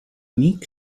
meek